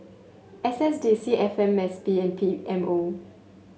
S S D C F M S P and P M O